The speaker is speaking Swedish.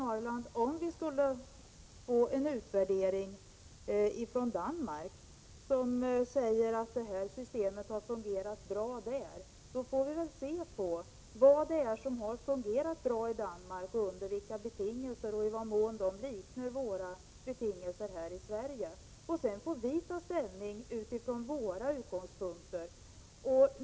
Om en utvärdering från Danmark, Karin Ahrland, skulle visa att systemet har fungerat bra där får vi väl se vad det är som har fungerat bra, under vilka betingelser och i vad mån de liknar betingelserna här i Sverige, och sedan kan vi ta ställning från våra utgångspunkter.